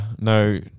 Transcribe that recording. No